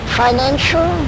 financial